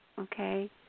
okay